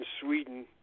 Sweden